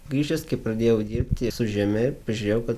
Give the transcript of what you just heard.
grįžęs kai pradėjau dirbti su žeme pažiūrėjau kad